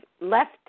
left